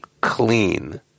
clean